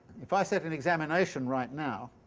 if i set an examination right now,